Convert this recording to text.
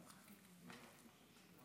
חברי וחברות הכנסת, רצינו או